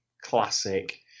Classic